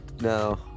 No